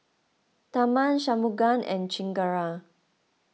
Tharman Shunmugam and Chengara